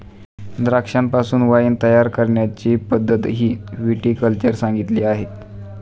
द्राक्षांपासून वाइन तयार करण्याची पद्धतही विटी कल्चर सांगितली आहे